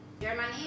Germany